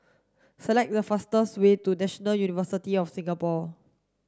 select the fastest way to National University of Singapore